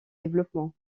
développement